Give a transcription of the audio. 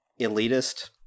elitist